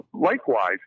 Likewise